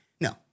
No